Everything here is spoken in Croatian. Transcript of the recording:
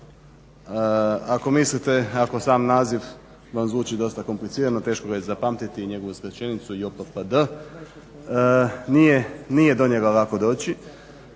Ako mislite ako sam naziv vam zvuči dosta komplicirano, teško ga je zapamtiti i njegovu skraćenicu IOPPD nije do njega lako doći.